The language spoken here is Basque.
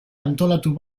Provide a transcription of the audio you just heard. antolatu